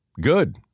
Good